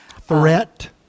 Threat